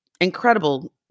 incredible